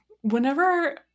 whenever